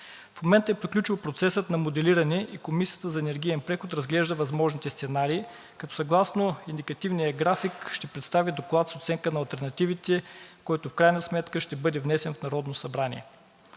В момента е приключил процесът на моделиране и Комисията за енергиен преход разглежда възможните сценарии, като съгласно индикативния график ще представи доклад с оценка на алтернативите, който в крайна сметка ще бъде внесен в Народното събрание.